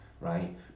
right